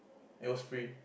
it was free